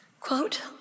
quote